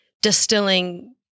Distilling